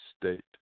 state